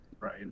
Right